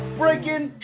breaking